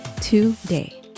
today